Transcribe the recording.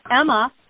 Emma